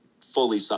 fully –